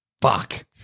Fuck